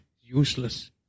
useless